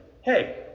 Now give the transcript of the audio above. hey—